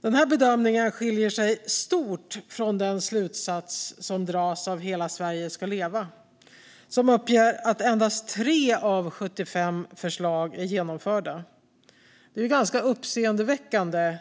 Denna bedömning skiljer sig stort från den slutsats som dras av Hela Sverige ska leva, som uppger att endast tre av 75 förslag är genomförda. Det är ju ganska uppseendeväckande.